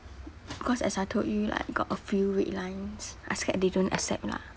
because as I told you got a few red lines I scared they don't accept lah